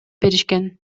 беришкен